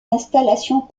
installations